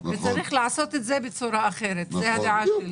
צריך לעשות את זה בצורה אחרת, זו הדעה שלי.